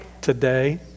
today